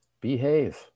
behave